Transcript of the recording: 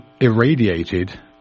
irradiated